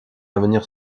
avenir